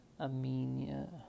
amenia